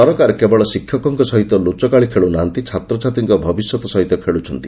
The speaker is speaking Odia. ସରକାର କେବଳ ଶିକ୍ଷକଙ୍କ ସହିତ ଲୁଚକାଳି ଖେଲୁ ନାହାନ୍ତି ଛାତ୍ରଛାତ୍ରୀଙ୍କ ଭବିଷ୍ୟତ ସହିତ ଖେଳୁଛନ୍ତି